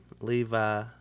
levi